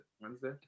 Wednesday